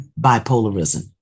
bipolarism